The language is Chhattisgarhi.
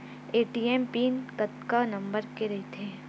ए.टी.एम पिन कतका नंबर के रही थे?